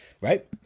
right